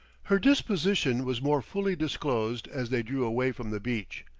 her disposition was more fully disclosed as they drew away from the beach.